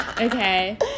Okay